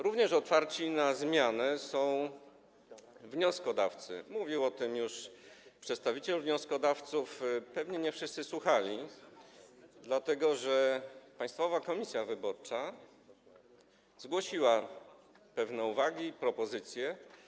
Również otwarci na zmiany są wnioskodawcy - mówił o tym już przedstawiciel wnioskodawców, pewnie nie wszyscy słuchali - dlatego że Państwowa Komisja Wyborcza zgłosiła pewne uwagi i propozycje.